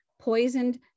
poisoned